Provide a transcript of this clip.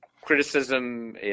Criticism